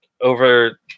over